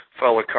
Fellow